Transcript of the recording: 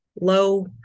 Low